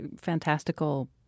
fantastical